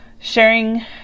sharing